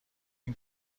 این